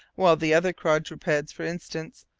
while the other quadrupeds, for instance,